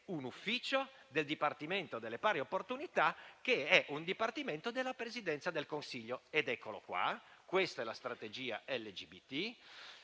un ufficio del Dipartimento delle pari opportunità, che è un dipartimento della Presidenza del Consiglio. Ed eccolo qui: quello che ho